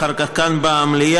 אחר כך כאן במליאה,